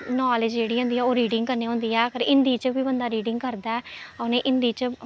knowledge जेह्ड़ी होंदी ऐ ओह् रीडिंग करनी होंदी ऐ अगर हिंदी च बंदा रीडिंग करदा ऐ ओह् हिंदी च